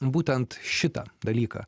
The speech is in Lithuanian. būtent šitą dalyką